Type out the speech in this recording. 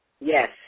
Yes